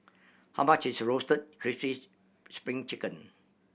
how much is roasted crispy's Spring Chicken